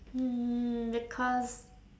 mm because